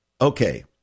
okay